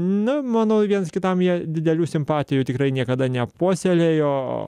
na manau vienas kitam jie didelių simpatijų tikrai niekada nepuoselėjo